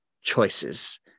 choices